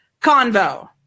convo